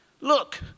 look